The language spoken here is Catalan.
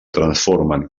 transformen